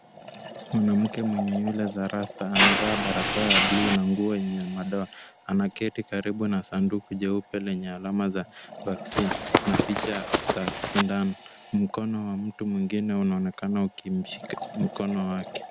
Mwanamke mwenye nywele za rasta amevaa barakoa ya bluu na nguo yenye madoa. Anaketi karibu na sanduku jeupe lenye alama za vaccine , na picha za sindano. Mkono wa mtu mwingine unaonekana ukimshika mkono wake.